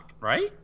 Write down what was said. right